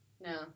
No